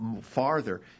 farther